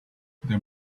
there